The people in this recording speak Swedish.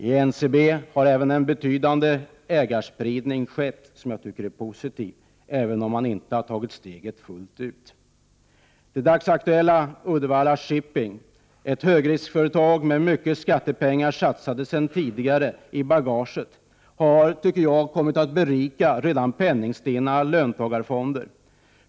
Även i NCB har en betydande ägandespridning skett, vilket jag tycker är positivt, även om man inte har tagit steget fullt ut. Det dagsaktuella Uddevalla Shipping, ett högriskföretag med mycket skattepengar i bagaget satsade sedan tidigare, har, tycker jag, kommit att berika redan penningstinna löntagarfonder.